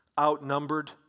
outnumbered